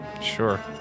Sure